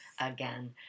again